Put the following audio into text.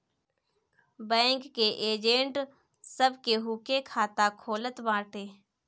bank के agent सब केहू के खाता खोलत बाटे